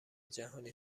جهانی